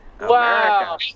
Wow